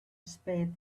spade